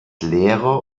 lehrer